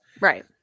Right